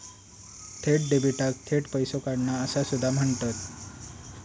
थेट डेबिटाक थेट पैसो काढणा असा सुद्धा म्हणतत